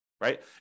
right